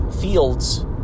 fields